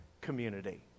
community